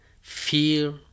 fear